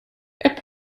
app